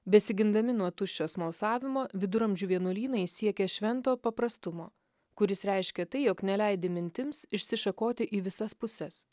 besigindami nuo tuščio smalsavimo viduramžių vienuolynai siekia švento paprastumo kuris reiškia tai jog neleidi mintims išsišakoti į visas puses